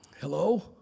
Hello